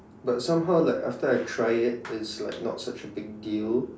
but somehow like after I try it it's like not such a big deal